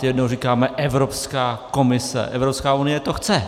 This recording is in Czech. Jednou říkáme Evropská komise, Evropská unie to chce.